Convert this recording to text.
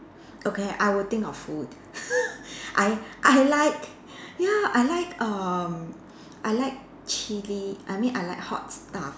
okay I will think of food I I like ya I like erm I like chili I mean I like hot stuff